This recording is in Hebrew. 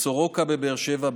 בסורוקה בבאר שבע,